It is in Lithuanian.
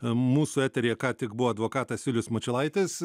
mūsų eteryje ką tik buvo advokatas vilius mačiulaitis